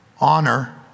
honor